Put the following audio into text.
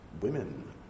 women